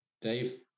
Dave